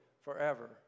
forever